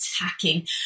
attacking